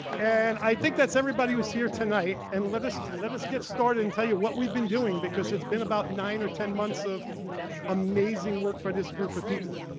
and i think that's everybody who's here tonight. and let us let us get started and tell you what we've been doing, because it's been about nine or ten months of amazing work by this group of people.